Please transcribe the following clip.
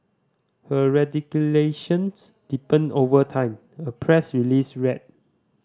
her radicalisation deepened over time a press release read